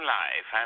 life